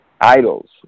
idols